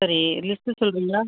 சரி லிஸ்ட்டு சொல்லுறீங்களா